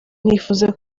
nifuza